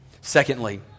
Secondly